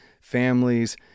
families